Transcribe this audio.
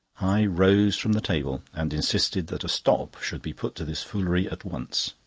i rose from the table, and insisted that a stop should be put to this foolery at once.